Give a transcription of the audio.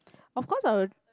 of course I will